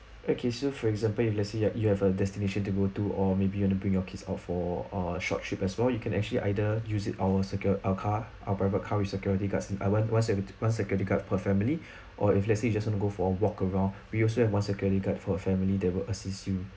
okay so for example if let's say you've you have a destination to go to or maybe you want to bring your kids out for uh short trip as well you can actually either use it our secur~ our car our private car with security guards uh one one every one security guard per family or if let's say you just go for a walk around we also have one security guard for a family they will assist you